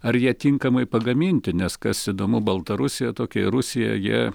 ar jie tinkamai pagaminti nes kas įdomu baltarusija tokia ir rusija jie